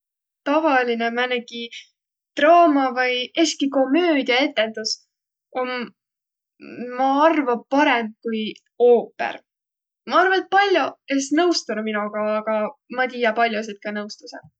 Tavalinõ määnegi draama vai eski komöödiaetendüs om, ma arva, parõmb kui oopõr. Ma arva, et pall'oq es nõustunuq minoga, aga ma tiiä pall'osit, kiä nõustusõq.